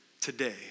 today